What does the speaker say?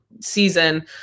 season